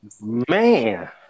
Man